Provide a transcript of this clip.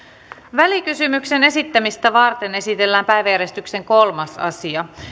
välikysymyksen esittämistä varten esitellään päiväjärjestyksen kolmas asia